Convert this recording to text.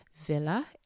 Villa